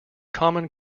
common